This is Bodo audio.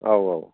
औ औ